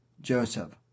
Joseph